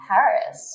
Paris